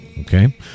okay